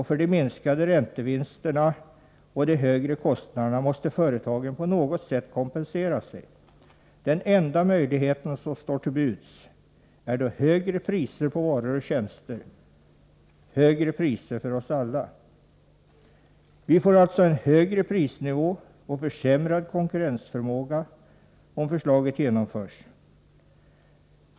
För de minskade räntevinsterna och de högre kostnaderna måste företagen på något sätt kompensera sig. Den enda möjlighet som står till buds är då högre priser på varor och tjänster — högre priser för oss alla. Vi får alltså en högre prisnivå och försämrad konkurrensförmåga, om förslaget genomförs.